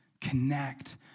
connect